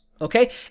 okay